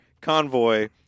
Convoy